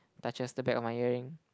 touches the back of my earring